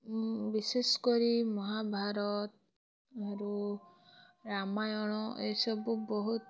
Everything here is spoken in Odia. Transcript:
ଉଁ ବିଶେଷ କରି ମହାଭାରତ ଆରୁ ରାମାୟଣ ଏ ସବୁ ବହୁତ